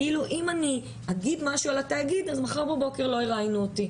כאילו אם אני אגיד משהו על התאגיד אז מחר בבוקר לא יראיינו אותי.